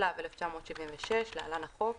התשל"ו-1976 (להלן, החוק),